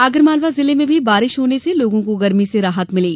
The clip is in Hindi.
आगरमालवा जिले में भी बारिश होने से लोगों को गर्मी से राहत मिली